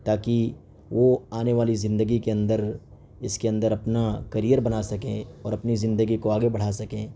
تا کہ وہ آنے والی زندگی کے اندر اس کے اندر اپنا کیریئر بنا سکیں اور اپنی زندگی کو آگے بڑھا سکیں